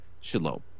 shalom